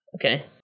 Okay